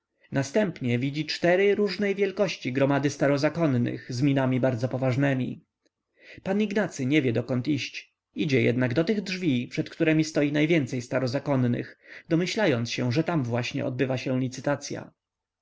następnie widzi cztery różnej wielkości gromady starozakonych z minami bardzo poważnemi pan ignacy nie wie dokąd iść idzie jednak do tych drzwi przed któremi stoi najwięcej starozakonnych domyślając się że tam właśnie odbywa się licytacya